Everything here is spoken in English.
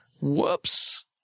Whoops